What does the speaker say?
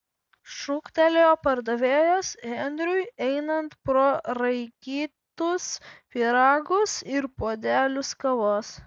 šūktelėjo pardavėjas henriui einant pro raikytus pyragus ir puodelius kavos